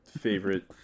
favorite